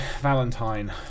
Valentine